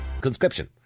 Conscription